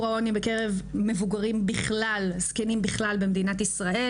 העוני בקרב זקנים בכלל במדינת ישראל.